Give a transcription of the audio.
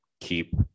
keep